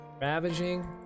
ravaging